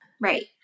Right